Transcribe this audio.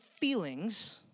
feelings